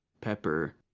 pepper